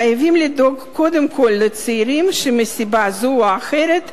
חייבים לדאוג קודם כול לצעירים שמסיבה זו או אחרת נאלצים,